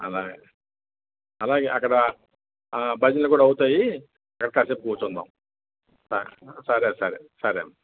అలాగా అలాగే అక్కడ ఆ భజనలు కూడా అవుతాయి అక్కడ కాసేపు కూర్చుందాం ఆ సరే సరే సరేమ్మా